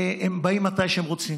הם באים מתי שהם רוצים,